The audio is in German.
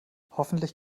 hoffentlich